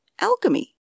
alchemy